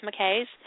McKay's